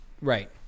right